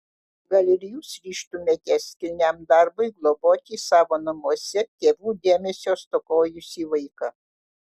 gal ir jūs ryžtumėtės kilniam darbui globoti savo namuose tėvų dėmesio stokojusį vaiką